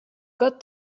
got